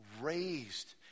raised